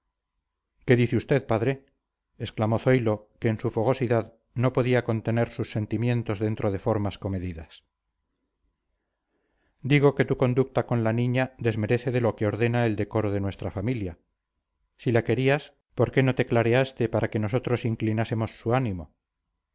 qué dice usted padre exclamó zoilo que en su fogosidad no podía contener sus sentimientos dentro de formas comedidas digo que tu conducta con la niña desmerece de lo que ordena el decoro de nuestra familia si la querías por qué no te clareaste para que nosotros inclinásemos su ánimo